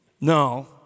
No